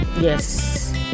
Yes